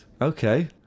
Okay